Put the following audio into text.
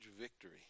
victory